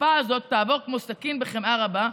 "החרפה הזאת תעבור כמו סכין בחמאה רכה,